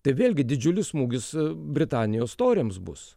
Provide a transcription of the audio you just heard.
tai vėlgi didžiulis smūgis britanijos toriams bus